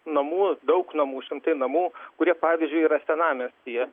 namų daug namų šimtai namų kurie pavyzdžiui yra senamiestyje